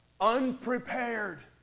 unprepared